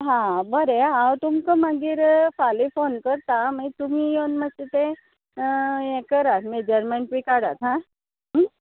हा बरें हांव तुमकां मागीर फाल्यां फोन करतां मागीर तुमी येवन मात्शें तें हें करात मेजरमँट बी काडात हा